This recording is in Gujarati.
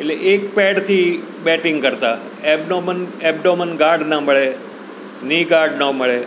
એટલે એક પેડથી બેટિંગ કરતાં એબડોમન ગાર્ડ ન મળે ની ગાર્ડ ન મળે